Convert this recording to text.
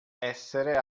essere